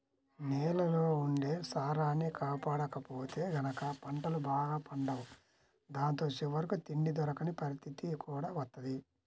నేలల్లో ఉండే సారాన్ని కాపాడకపోతే గనక పంటలు బాగా పండవు దాంతో చివరికి తిండి దొరకని పరిత్తితి కూడా వత్తది